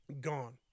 gone